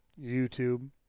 YouTube